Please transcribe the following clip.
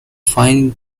fine